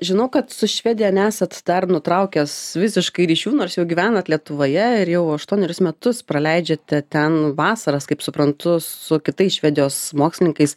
žinau kad su švedija nesat dar nutraukęs visiškai ryšių nors jau gyvenate lietuvoje ir jau aštuonerius metus praleidžiate ten vasaras kaip suprantu su kitais švedijos mokslininkais